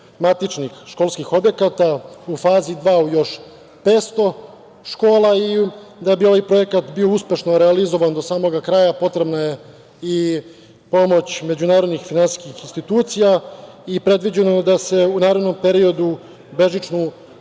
matičnih školskih objekata, u fazi dva u 500 školi. Da bi ovaj projekat bio uspešno realizovan do samog kraja potrebna je i pomoć međunarodnih finansijskih institucija i predviđeno je da su u narednom periodu bežična